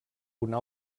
una